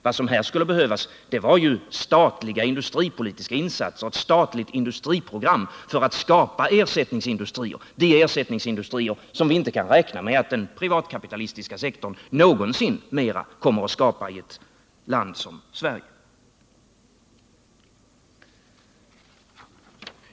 Vad som här skulle behövas vore statliga industripolitiska insatser och ett statligt industriprogram för att skapa ersättningsindustrier — de ersättningsindustrier som vi inte kan räkna med att den privatkapitalistiska sektorn någonsin mera kommer att skapa i ett land som Sverige.